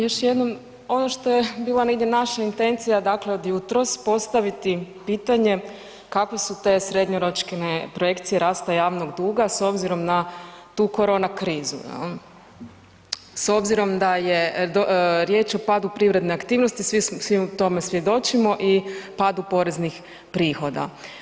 Još jednom, ono što je bila negdje naša intencija, dakle od jutros postaviti pitanje kakve su te srednjoročne projekcije raste javnog duga s obzirom na tu korona krizu, jel, s obzirom da je riječ o padu privredne aktivnosti svi tome svjedočimo i padu poreznih prihoda.